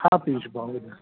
हा पीयूष भाउ ॿुधायो